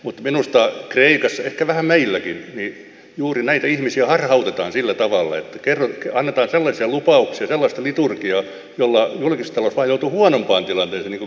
mutta minusta kreikassa ehkä vähän meilläkin juuri näitä ihmisiä harhautetaan sillä tavalla että annetaan sellaisia lupauksia sellaista liturgiaa joilla julkistalous ajautuu huonompaan tilanteeseen niin kuin kreikassa